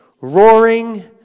roaring